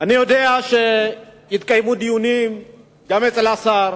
אני יודע שהתקיימו דיונים גם אצל השר,